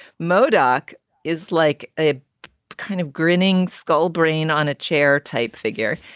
modoc is like a kind of grinning skull brain on a chair type figure